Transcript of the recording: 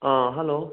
hello